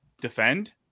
defend